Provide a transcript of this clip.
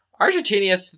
Argentina